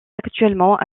actuellement